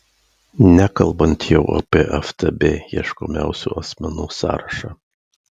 nekalbant jau apie ftb ieškomiausių asmenų sąrašą